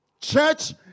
Church